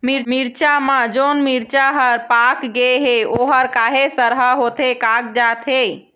मिरचा म जोन मिरचा हर पाक गे हे ओहर काहे सरहा होथे कागजात हे?